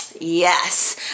yes